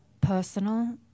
personal